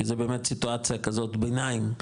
כי זה באמת סיטואציה כזאת ביניים,